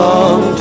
Long